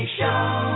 Show